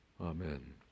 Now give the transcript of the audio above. Amen